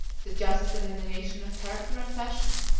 the just delineation of character and passion,